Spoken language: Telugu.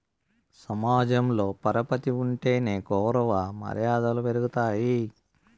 సమాజంలో పరపతి ఉంటేనే గౌరవ మర్యాదలు పెరుగుతాయి